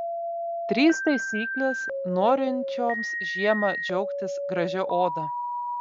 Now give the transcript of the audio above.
trys taisyklės norinčioms žiemą džiaugtis gražia oda